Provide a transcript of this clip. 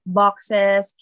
boxes